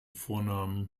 vornamen